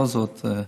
בכל זאת,